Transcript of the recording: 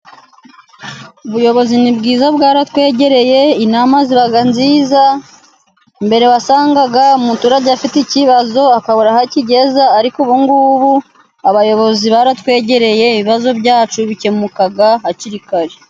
Ubuyobozi ni bwiza bwaratwegereye. Inama ziba nziza, mbere wasangaga umuturage afite ikibazo akabura aho akigeza, ariko ubungubu abayobozi baratwegereye ibibazo byacu bikemuka hakiri kare.